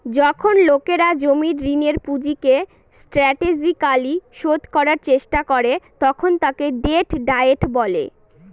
যখন লোকেরা জমির ঋণের পুঁজিকে স্ট্র্যাটেজিকালি শোধ করার চেষ্টা করে তখন তাকে ডেট ডায়েট বলে